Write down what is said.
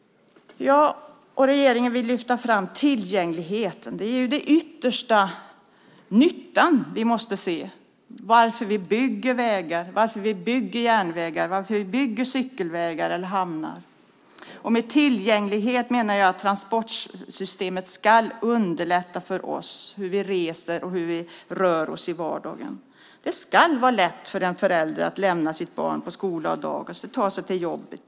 Jag och regeringen vill lyfta fram tillgängligheten. Det är den yttersta nyttan vi måste se, varför vi bygger vägar, järnvägar, cykelvägar eller hamnar. Med tillgänglighet menar jag att transportsystemet ska underlätta för oss när vi reser och rör oss i vardagen. Det ska vara lätt för en förälder att lämna sitt barn på skola och dagis och att ta sig till jobbet.